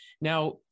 Now